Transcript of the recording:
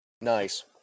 Nice